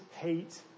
hate